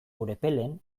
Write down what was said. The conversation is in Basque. urepelen